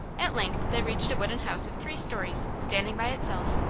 at length they reached a wooden house of three stories, standing by itself,